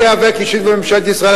אני איאבק אישית בממשלת ישראל,